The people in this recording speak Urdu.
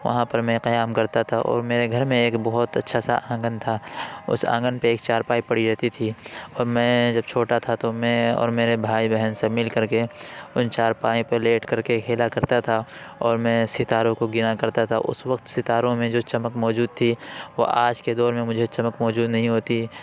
وہاں پر میں قیام کرتا تھا اور میرے گھر میں ایک بہت اچھا سا آنگن تھا اس آنگن پہ ایک چارپائی پڑی رہتی تھی اور میں جب چھوٹا تھا تو میں اور میرے بھائی بہن سب مل کر کے ان چارپائی پر لیٹ کر کے کھیلا کرتا تھا اور میں ستاروں کو گنا کرتا تھا اس وقت ستاروں میں جو چمک موجود تھی وہ آج کے دور میں مجھے چمک موجود نہیں ہوتی